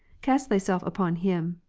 cast thyself upon him,